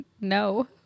No